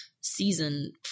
season